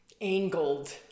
angled